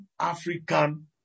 African